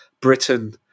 Britain